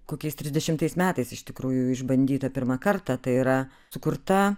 kokiais trisdešimtais metais iš tikrųjų išbandyta pirmą kartą tai yra sukurta